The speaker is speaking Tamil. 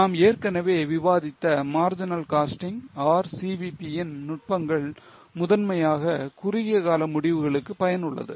நாம் ஏற்கனவே விவாதித்த marginal costing or CVP ன் நுட்பங்கள் முதன்மையாக குறுகிய கால முடிவுகளுக்கு பயனுள்ளது